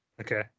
Okay